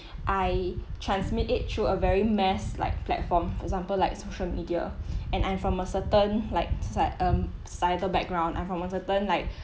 I transmit it through a very mass like platform for example like social media and I'm from a certain like such um a cyber background and from uncertain like